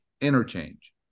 interchange